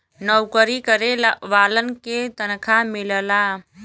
नऊकरी करे वालन के तनखा मिलला